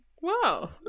Wow